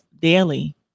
daily